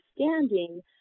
understanding